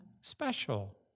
special